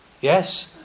Yes